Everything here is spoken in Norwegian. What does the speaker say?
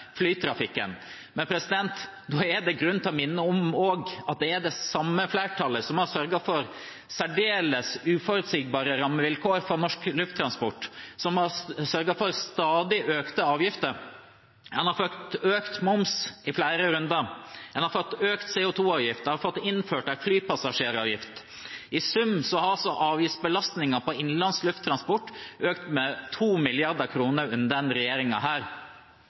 flytrafikken. Men da er det også grunn til å minne om at det er det samme flertallet som har sørget for særdeles uforutsigbare rammevilkår for norsk lufttransport, som har sørget for stadig økte avgifter. En har fått økt moms i flere runder, en har fått økt CO2-avgift, en har fått innført en flypassasjeravgift. I sum har altså avgiftsbelastningen på innenlands lufttransport økt med 2 mrd. kr under